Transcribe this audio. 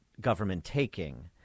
government-taking